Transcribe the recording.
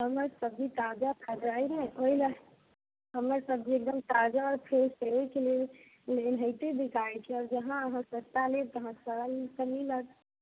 हमर सब्जी ताजा ताजा यऽ ने ओहि लऽ हमर सब्जी एकदम ताजा आओर फ्रेश यऽ एहिके लेल एनहिते बिकाइत छै आ जहाँ अहाँ सस्ता लेब तहाँ सड़ल गलल मिलत